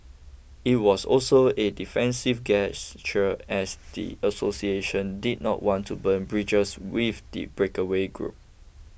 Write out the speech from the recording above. it was also a defensive gesture as the association did not want to burn bridges with the breakaway group